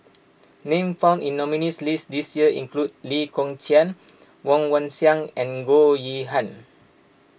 names found in the nominees' list this year include Lee Kong Chian Woon Wah Siang and Goh Yihan